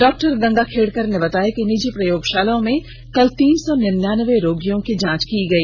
doctor Gangakhedkar ने बताया कि निजी प्रयोगशालाओं में कल तीन सौ निन्यानवे रोगियों की जांच की गई